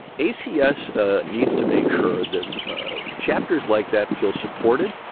ac us ah needs to make sure that chapters like that feel supported.